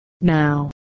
Now